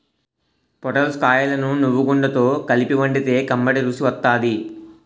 పొటల్స్ కాయలను నువ్వుగుండతో కలిపి వండితే కమ్మటి రుసి వత్తాది